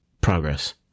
progress